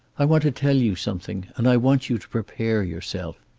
i want to tell you something, and i want you to prepare yourself.